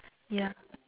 ya